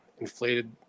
inflated